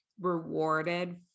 Rewarded